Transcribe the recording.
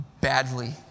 badly